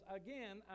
again